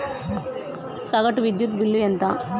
సగటు విద్యుత్ బిల్లు ఎంత?